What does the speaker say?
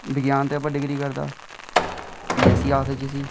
विज्ञान दे उप्पर डिग्री करदा बीएससी आखदे जिसी